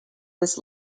this